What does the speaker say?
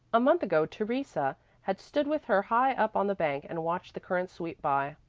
a month ago theresa had stood with her high up on the bank and watched the current sweep by.